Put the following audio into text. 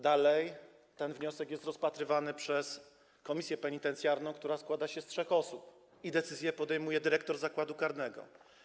Dalej ten wniosek jest rozpatrywany przez komisję penitencjarną, która składa się z trzech osób, i decyzję podejmuje dyrektor zakładu karnego.